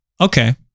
Okay